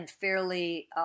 fairly